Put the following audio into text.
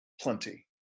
plenty